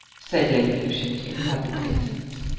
said lady ushant in perfect innocence.